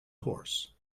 horse